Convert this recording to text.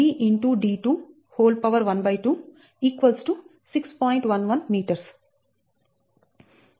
d212 6